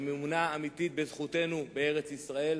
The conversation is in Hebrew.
אמונה אמיתית בזכותנו בארץ-ישראל.